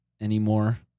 anymore